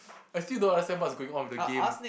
I still don't understand what's going on with the game